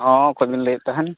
ᱦᱮᱸ ᱚᱠᱚᱭ ᱵᱤᱱ ᱞᱟᱹᱭᱮᱫ ᱛᱟᱦᱮᱱ